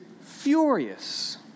furious